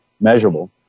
measurable